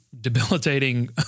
debilitating